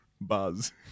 buzz